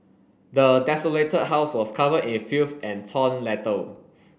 the desolated house was covered in filth and torn letters